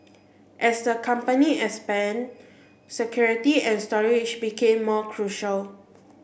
as the company expanded security and storage became more crucial